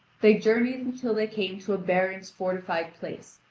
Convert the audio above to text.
they journeyed until they came to a baron's fortified place,